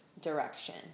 direction